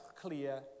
clear